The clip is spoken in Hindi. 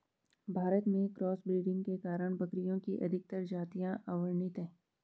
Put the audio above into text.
भारत में क्रॉस ब्रीडिंग के कारण बकरियों की अधिकतर जातियां अवर्णित है